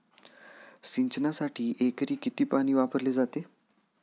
सिंचनासाठी एकरी किती पाणी वापरले जाते?